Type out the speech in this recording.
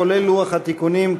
כולל לוח התיקונים.